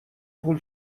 پول